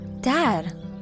Dad